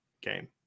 game